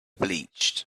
bleached